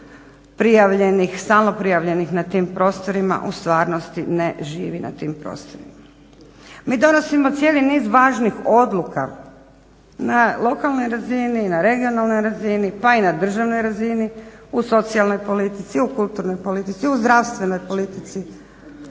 prijavljenih stalno prijavljenih na tim prostorima u stvarnosti ne živi na ti prostorima. Mi donosimo cijeli niz važnih odluka na lokalnoj razini na regionalnoj razini pa i na državnoj razini u socijalnoj politici, u kulturnoj politici, u zdravstvenoj politici,